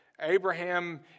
Abraham